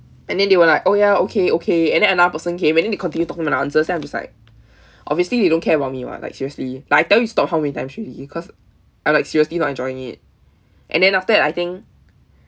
and then they were like oh ya okay okay and then another person came and then they continue talking about the answers then I'm just like obviously you don't care about me [what] like seriously like I tell you to stop how many times already because I'm like seriously not enjoying it and then after that I think